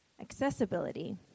Accessibility